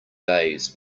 days